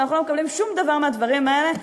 ואנחנו לא מקבלים שום דבר מהדברים האלה.